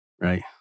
right